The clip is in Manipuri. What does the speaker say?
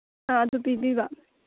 ꯑ ꯑꯗꯨ ꯄꯤꯕꯤꯕ